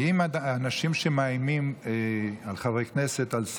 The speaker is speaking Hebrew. האם אנשים שמאיימים על חברי כנסת, על שרים,